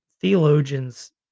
theologians